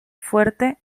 fuente